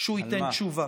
על כך שהוא ייתן תשובה.